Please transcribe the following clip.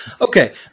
Okay